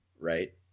Right